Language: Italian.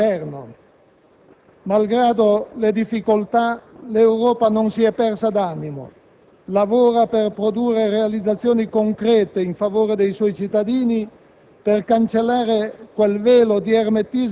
se prima l'Europa non si rafforza al suo interno? Malgrado le difficoltà, l'Europa non si è persa d'animo; lavora per produrre realizzazioni concrete in favore dei suoi cittadini,